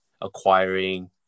acquiring